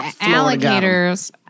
alligators